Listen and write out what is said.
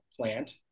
plant